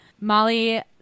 Molly